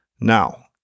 Now